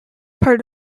part